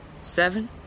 Seven